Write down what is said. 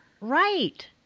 Right